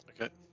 Okay